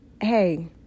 hey